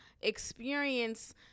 experience